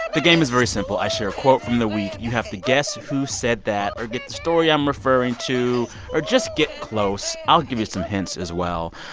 and the game is very simple. i share a quote from the week. you have to guess who said that or get the story i'm referring to or just get close. i'll give you some hints, as well.